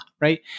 right